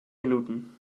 minuten